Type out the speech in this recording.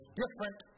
different